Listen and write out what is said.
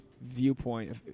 viewpoint